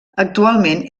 actualment